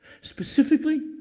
Specifically